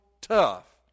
tough